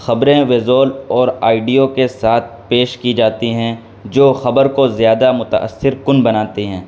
خبریں وزول اور آئیڈیو کے ساتھ پیش کی جاتی ہیں جو خبر کو زیادہ متاثر کن بناتی ہیں